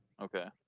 okay